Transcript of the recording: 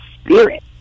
spirit